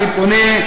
אני פונה,